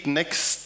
next